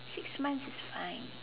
six months is fine